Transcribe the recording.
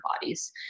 bodies